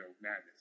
madness